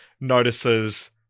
notices